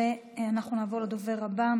ואנחנו נעבור לדובר הבא,